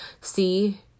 see